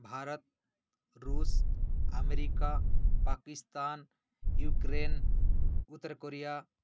भारत् रूस् America Pakistan Ukraine उत्तरकोरिया